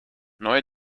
neue